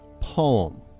poem